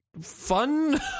Fun